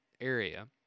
area